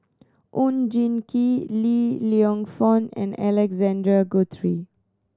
Oon Jin Gee Li Lienfung and Alexander Guthrie